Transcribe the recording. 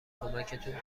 کمکتون